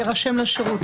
אמרתם שהוא יירשם לשירות?